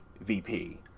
VP